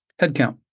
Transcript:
headcount